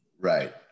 Right